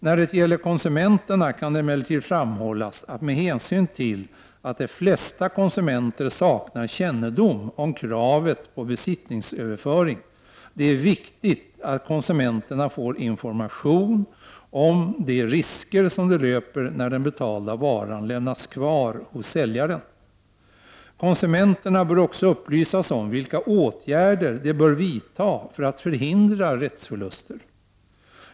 När det gäller konsumenterna kan det emellertid framhållas att det med hänsyn till att de flesta konsumenter saknar kännedom om kravet på besittningsöverföring är viktigt att konsumenterna får information om de risker som de löper när den betalda varan har lämnats kvar hos säljaren. Konsumenterna bör också upplysas om vilka åtgärder de bör vidta för att förhindra rättsförluster.